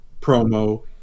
promo